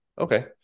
Okay